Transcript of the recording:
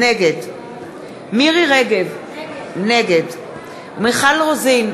נגד מירי רגב, נגד מיכל רוזין,